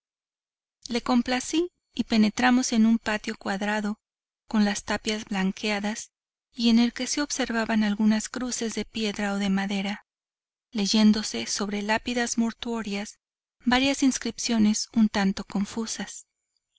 le complací y penetramos en un patio cuadrado con las tapias blanqueadas y en el que se observaban algunas cruces de piedra o de madera leyéndose sobre lápidas mortuorias varias inscripciones un tanto confusas